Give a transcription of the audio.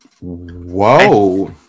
Whoa